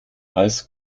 als